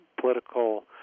political